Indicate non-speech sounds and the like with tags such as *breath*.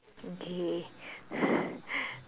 okay *breath*